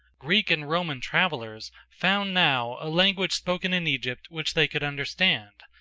greek and roman travelers found now a language spoken in egypt which they could understand,